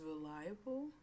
reliable